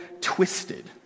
twisted